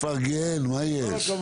תפרגן, מה יש.